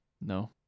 No